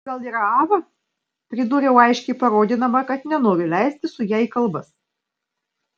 gal yra ava pridūriau aiškiai parodydama kad nenoriu leistis su ja į kalbas